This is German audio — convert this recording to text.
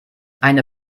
eine